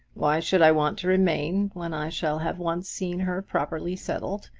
why should i want to remain when i shall have once seen her properly settled.